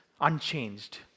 unchanged